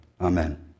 Amen